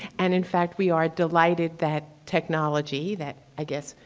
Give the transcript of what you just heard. and in fact, we are delighted that technology that, i guess,